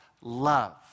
love